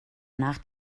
nach